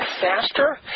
faster